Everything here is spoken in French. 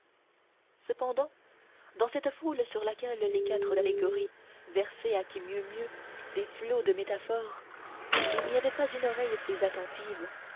cependant dans cette foule sur laquelle les quatre allégories versaient à qui mieux mieux des flots de métaphores il n'y avait pas une oreille plus attentive